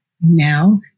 now